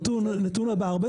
נתון הבא,